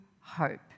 hope